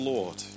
Lord